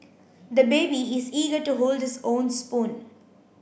the baby is eager to hold his own spoon